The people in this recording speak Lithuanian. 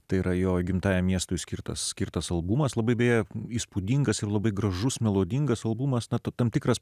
tai yra jo gimtajam miestui skirtos skirtos albumas labai įspūdingas ir labai gražus melodingas albumas nata tam tikras